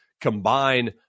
combine